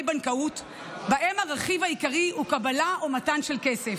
בנקאות שבהם הרכיב העיקרי הוא קבלה או מתן של כסף.